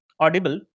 audible